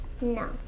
No